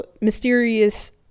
mysterious